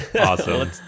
Awesome